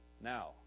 Now